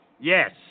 Yes